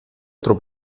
otro